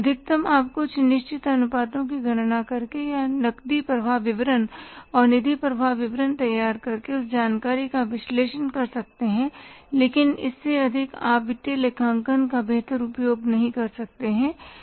अधिकतम आप कुछ निश्चित अनुपातों की गणना करके या नकदी प्रवाह विवरण और निधि प्रवाह विवरण तैयार करके उस जानकारी का विश्लेषण कर सकते हैं लेकिन इससे अधिक आप वित्तीय लेखांकन का बेहतर उपयोग नहीं कर सकते